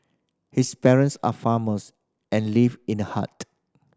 his parents are farmers and live in a hut